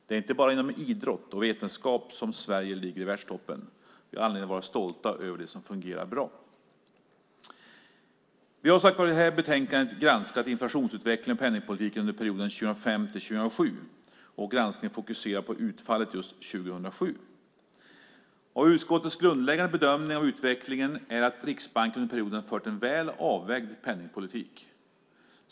Det är inte bara inom idrott och vetenskap som Sverige ligger i världstoppen. Vi har anledning att vara stolta över det som fungerar bra. Vi har i det här betänkandet granskat inflationsutvecklingen och penningpolitiken under perioden 2005-2007. Granskningen fokuserar på utfallet just 2007. Utskottets grundläggande bedömning av utvecklingen är att Riksbanken under perioden fört en väl avvägd penningpolitik.